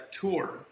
tour